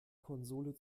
konsole